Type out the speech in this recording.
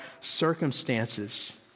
circumstances